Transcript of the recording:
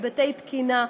היבטי תקינה,